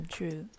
True